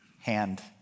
hand